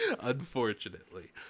Unfortunately